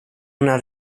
una